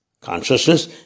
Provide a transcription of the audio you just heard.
consciousness